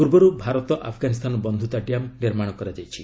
ପୂର୍ବରୁ ଭାରତ ଆଫ୍ଗାନିସ୍ତାନ ବନ୍ଧୁତା ଡ୍ୟାମ୍ ନିର୍ମାଣ କରାଯାଇଛି